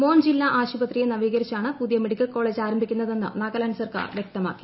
മോൺ ജില്ലാ ആശുപത്രിയെ നവീകരിച്ചാണ് പുതിയ മെഡിക്കൽ കോളേജ് ആരംഭിക്കുന്നതെന്ന് നാഗാലാൻഡ് സർക്കാർ വ്യക്തമാക്കി